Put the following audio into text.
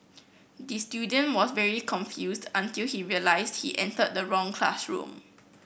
the student was very confused until he realised he entered the wrong classroom